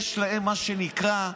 יש להם מה שנקרא,